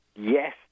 yes